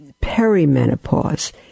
perimenopause